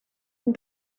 and